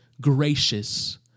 gracious